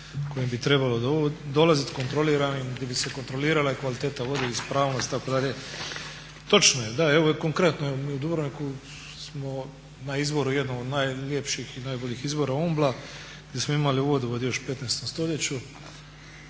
kojim bi trebalo dolaziti kontrolirano i gdje bi se kontrolirala kvaliteta vode, i ispravnost itd. Točno je, da evo konkretno mi u Dubrovniku smo na izvoru, jednom od najljepših i najboljih izvora Ombla gdje smo imali vodovod još u 15.stoljeću